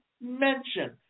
mention